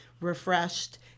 refreshed